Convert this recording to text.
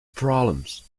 problems